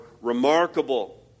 remarkable